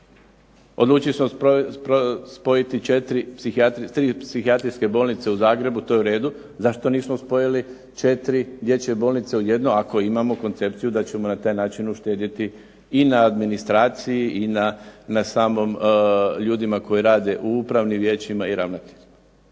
Odlučili smo spojiti 3 psihijatrijske bolnice u Zagrebu, to je u redu, zašto nismo spojili 4 dječje bolnice u jednu ako imamo koncepciju da ćemo na taj način uštedjeti i na administraciji i na samim ljudima koji rade u upravnim vijećima i ravnateljima?